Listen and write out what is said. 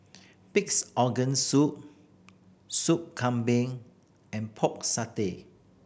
Pig's Organ Soup Sup Kambing and Pork Satay